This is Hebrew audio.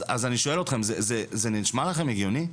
אז אני שואל אתכם, זה נשמע לכם הגיוני?